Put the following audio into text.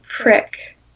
prick